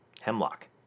Hemlock